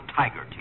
tiger